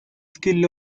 skill